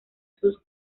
sus